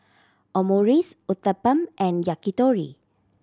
Omurice Uthapam and Yakitori